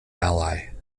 ally